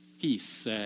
peace